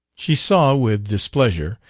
she saw, with displeasure,